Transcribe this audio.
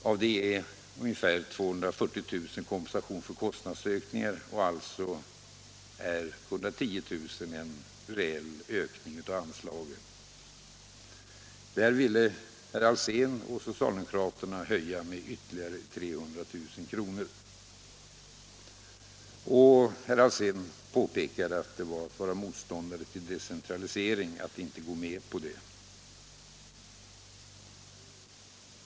Av det är ungefär 240 000 kompensation för kostnadsökningar och 110000 alltså en reell ökning av anslaget. På den punkten ville herr Alsén och de andra socialdemokraterna höja med ytterligare 300 000 kr. Herr Alsén påpekade att det var att vara motståndare till decentralisering att inte gå med på detta.